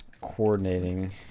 coordinating